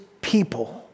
people